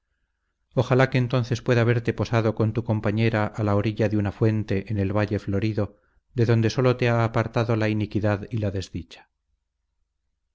ojalá que entonces pueda verte posado con tu compañera a la orilla de una fuente en el valle florido de donde sólo te ha apartado la iniquidad y la desdicha